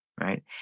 Right